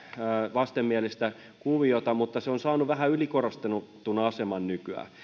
vastenmielistä kuviota mutta se on saanut vähän ylikorostetun aseman nykyään